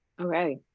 Okay